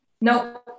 no